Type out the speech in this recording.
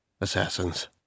assassins